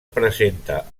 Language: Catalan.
presenta